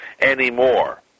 anymore